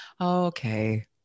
okay